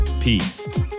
Peace